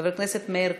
חבר הכנסת מאיר כהן,